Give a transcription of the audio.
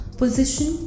position